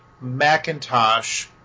Macintosh